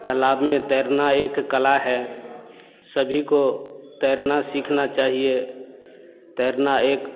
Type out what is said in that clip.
तलाब में तैरना एक कला है सभी को तैरना सीखना चाहिए तैरना एक